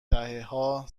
دههها